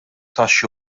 taxxi